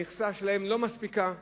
המכסה שלהן לא מספיקה,